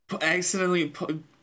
Accidentally